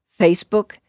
Facebook